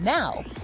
Now